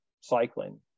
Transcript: cycling